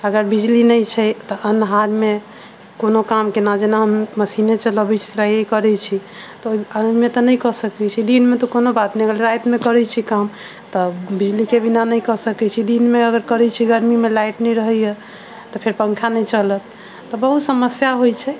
अगर बिजली नहि छै तऽ अन्हार मे कोनो काम केना जेना हम मशीने चलऽबै छी सिलाईए करै छी तऽ एहनमे तऽ नहि कऽ सकै छी दिन मे तऽ कोनो बात नहि अगर राति मे करै छी काम तऽ बिजली के बिना नहि कऽ सकै छी दिन मे अगर करै छी गरमी मे लाइट नहि रहैया तऽ फेर पंखा नहि चलत तऽ बहुत समस्या होइ छै